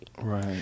Right